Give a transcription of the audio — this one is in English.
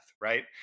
right